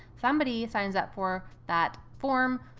somebody signs up for that form.